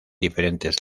diferentes